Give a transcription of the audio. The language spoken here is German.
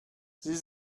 sie